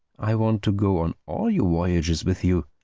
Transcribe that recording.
i want to go on all your voyages with you.